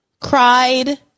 cried